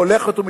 הולכת ומתעצמת.